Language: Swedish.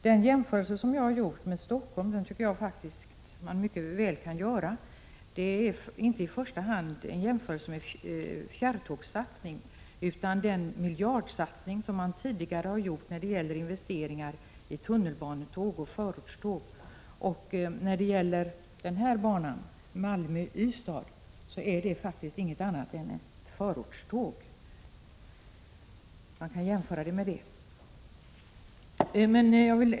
Den jämförelse som jag har gjort med Stockholm tycker jag att man mycket väl kan göra. Det är inte i första hand fjärrtågssatsningen som man skall jämföra med utan den miljardsatsning som tidigare gjorts i Stockholm på tunnelbanetåg och förortståg.